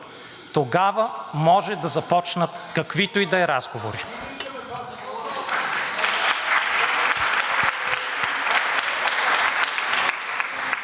тогава може да започнат каквито и да е разговори.